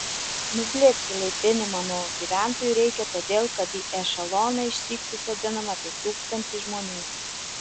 nuslėpti laipinimą nuo gyventojų reikia todėl kad į ešeloną išsyk susodinama apie tūkstantį žmonių